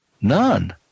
none